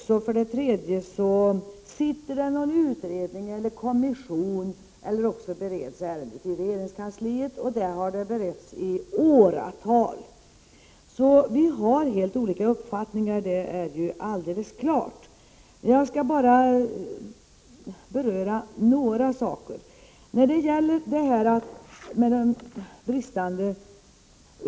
Slutligen kan det vara någon utredning eller kommission som arbetar med ärendet eller också be reds det i regeringskansliet, och där har det beretts i åratal. Vi har helt olika uppfattningar, det är alldeles klart. Jag skall här bara beröra några saker.